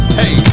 hey